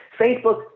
Facebook